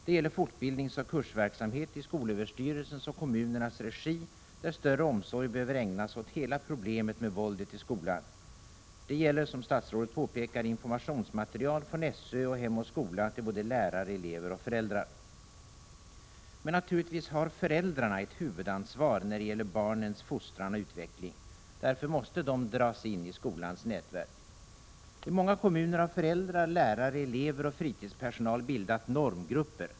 Det gäller fortbildningsoch kursverksamhet i skolöverstyrelsens och kommunernas regi, där större omsorg behöver ägnas åt hela problemet med våldet i skolan. Det gäller, som statsrådet påpekar, informationsmaterial från SÖ och Hem och skola till både lärare, elever och föräldrar. Föräldrarna har naturligtvis ett huvudansvar när det gäller barnens fostran och utveckling. Därför måste de dras in i skolans nätverk. I många kommuner har föräldrar, lärare, elever och fritidspersonal bildat normgrupper.